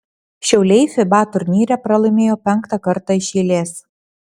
šiauliai fiba turnyre pralaimėjo penktą kartą iš eilės